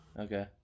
Okay